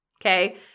Okay